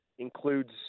includes